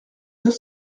deux